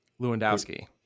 Lewandowski